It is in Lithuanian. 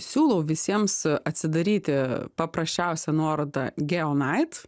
siūlau visiems a atsidaryti paprasčiausią nuorodą geonait